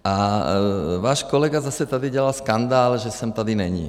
A váš kolega zase tady dělal skandál, že jsem tady neni.